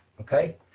okay